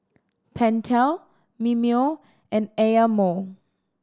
Pentel Mimeo and Eye Mo